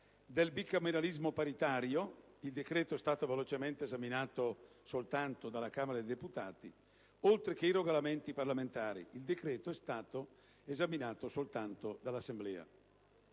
del bicameralismo paritario (il decreto è stato velocemente esaminato soltanto dalla Camera dei deputati), oltre che i Regolamenti parlamentari (il decreto è stato esaminato soltanto dall'Assemblea).